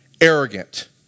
arrogant